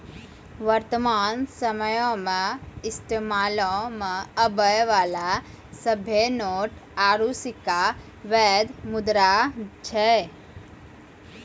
वर्तमान समयो मे इस्तेमालो मे आबै बाला सभ्भे नोट आरू सिक्का बैध मुद्रा छै